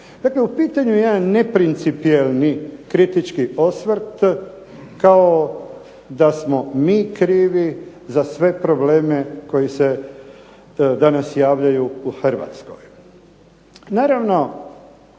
Dakle u pitanju je jedan neprincipijelni kritički osvrt kao da smo mi krivi za sve probleme koji se danas javljaju u Hrvatskoj. Naravno,